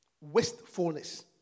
wastefulness